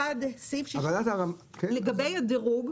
לגבי הדירוג